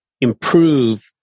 improve